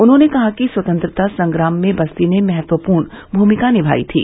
उन्होंने कहा कि स्वतंत्रता संग्राम में बस्ती ने महत्वपूर्ण भूमिका निभायी थी